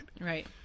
Right